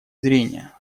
зрения